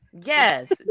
yes